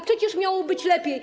Przecież miało być lepiej.